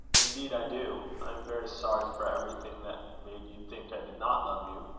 indeed i do. i am very sorry for everything that made you think i did not love you.